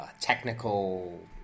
technical